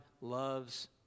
loves